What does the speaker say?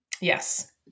Yes